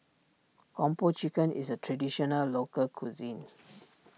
Kung Po Chicken is a Traditional Local Cuisine